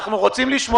אתם קצת